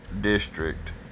district